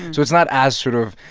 so it's not as sort of,